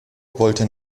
wollte